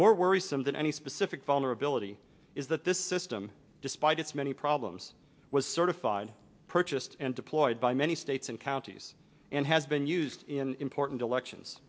more worrisome than any specific vulnerability is that this system despite its many problems was certified purchased and deployed by many states and counties and has been used in portland elections